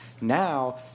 Now